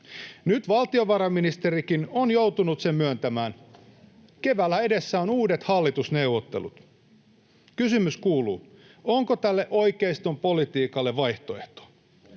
Nyt valtiovarainministerikin on joutunut sen myöntämään: keväällä edessä on uudet hallitusneuvottelut. Kysymys kuuluu: onko tälle oikeiston politiikalle vaihtoehto?